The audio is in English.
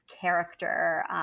character